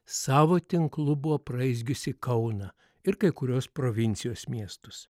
savo tinklu buvo apraizgiusi kauną ir kai kuriuos provincijos miestus